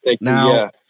Now